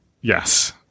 Yes